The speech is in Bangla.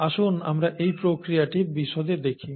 আসুন আমরা এই প্রক্রিয়াটি বিশদে দেখি